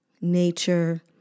nature